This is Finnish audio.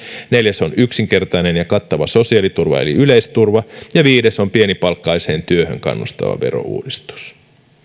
neljäs on yksinkertainen ja kattava sosiaaliturva eli yleisturva ja viides on pienipalkkaiseen työhön kannustava verouudistus